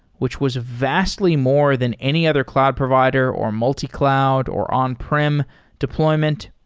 which was vastly more than any other cloud provider, or multi-cloud, or on-prem deployment.